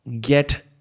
get